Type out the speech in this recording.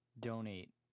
donate